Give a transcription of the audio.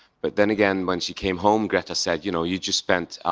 but then again, when she came home, greta said, you know, you just spent